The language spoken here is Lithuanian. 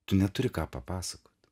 tu neturi ką papasakot